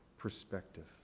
perspective